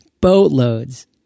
Boatloads